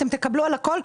אתם תקבלו על הכול.